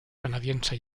canadiense